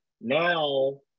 now